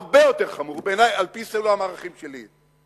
זה הרבה יותר חמור בעיני על-פי סולם הערכים שלי.